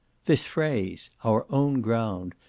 this phrase, our own ground,